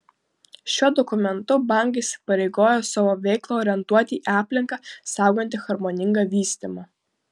šiuo dokumentu bankai įsipareigojo savo veiklą orientuoti į aplinką saugantį harmoningą vystymą